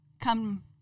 come